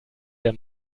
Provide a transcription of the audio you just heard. der